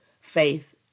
faith